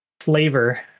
flavor